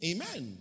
Amen